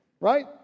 right